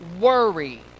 worry